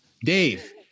Dave